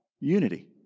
unity